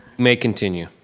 may continue.